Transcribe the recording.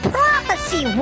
Prophecy